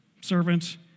servant